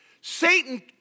Satan